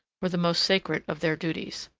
were the most sacred of their duties.